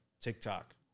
TikTok